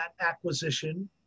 acquisition